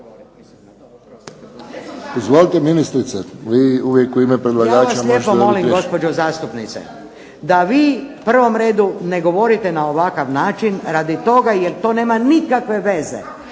dobiti riječ. **Matulović-Dropulić, Marina (HDZ)** Ja vas lijepo molim gospođo zastupnice da vi u prvom redu ne govorite na ovakav način radi toga jer to nema nikakve veze